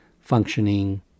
functioning